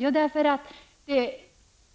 Jo, därför att